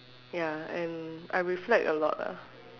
ya and I reflect a lot lah